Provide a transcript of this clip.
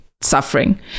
suffering